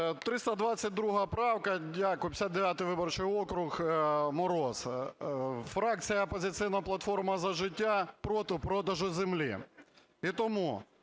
322 правка. Дякую. 59-й виборчий округ, Мороз. Фракція "Опозиційна платформа - За життя" проти продажу землі.